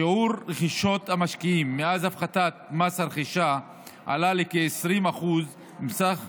שיעור רכישות המשקיעים מאז הפחתת מס הרכישה עלה לכ-20% מסך